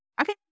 Okay